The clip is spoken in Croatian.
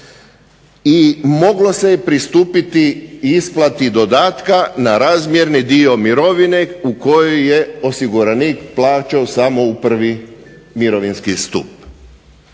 i moglo se je pristupiti isplati dodatka na razmjerni dio mirovine u kojoj je osiguranik plaćao samo u 1. mirovinski stup.